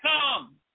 come